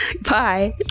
Bye